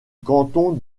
canton